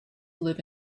live